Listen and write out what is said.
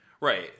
Right